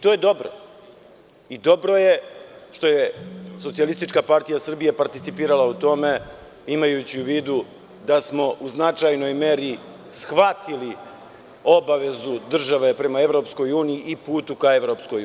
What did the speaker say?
To je dobro i dobro je što je SPS participirala u tome imajući u vidu da smo u značajnoj meri shvatili obavezu države prema EU i putu ka EU.